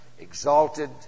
Exalted